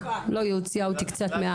היא הוציאה אותי קצת.